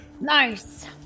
Nice